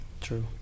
True